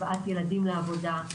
הבאת ילדים לעבודה,